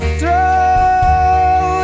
throw